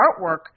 artwork